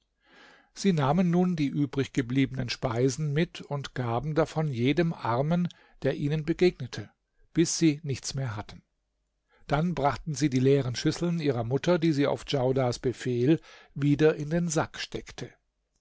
sie nahmen nun die übriggebliebenen speisen mit und gaben davon jedem armen der ihnen begegnete bis sie nichts mehr hatten dann brachten sie die leeren schüsseln ihrer mutter die sie auf djaudar befehl wieder in den sack steckte